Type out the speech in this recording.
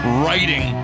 writing